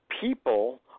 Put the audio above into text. people